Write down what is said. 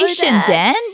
Dan